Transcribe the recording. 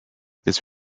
this